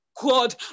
god